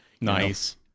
Nice